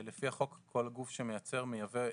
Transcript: לפי החוק, כל גוף שמייצר, מייבא,